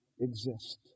exist